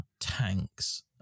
tanks